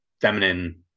feminine